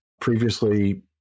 previously